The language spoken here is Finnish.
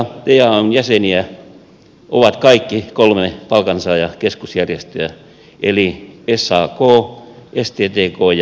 suomesta eayn jäseniä ovat kaikki kolme palkansaajakeskusjärjestöä eli sak sttk ja akava